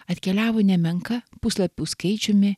atkeliavo nemenka puslapių skaičiumi